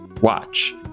watch